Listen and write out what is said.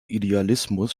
idealismus